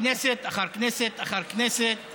כנסת אחר כנסת אחר כנסת הוא לא עובר.